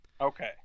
Okay